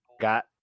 got